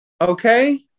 Okay